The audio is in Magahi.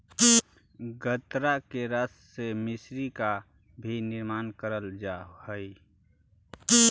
गन्ना के रस से मिश्री का भी निर्माण करल जा हई